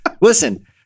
Listen